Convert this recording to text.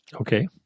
Okay